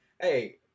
Hey